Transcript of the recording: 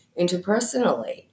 interpersonally